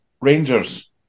Rangers